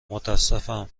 متاسفم